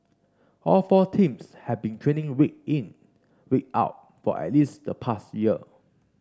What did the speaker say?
all four teams have been training week in week out for at least the past year